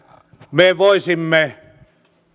me voisimme